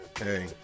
Hey